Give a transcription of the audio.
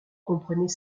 comprenait